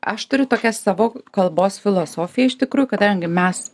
aš turiu tokią savo kalbos filosofiją iš tikrųjų kadangi mes